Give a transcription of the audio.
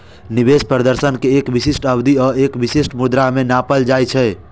निवेश प्रदर्शन कें एक विशिष्ट अवधि आ एक विशिष्ट मुद्रा मे नापल जाइ छै